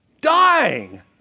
dying